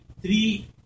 three